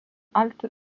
halte